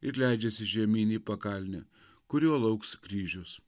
ir leidžiasi žemyn į pakalnę kur jo lauks kryžius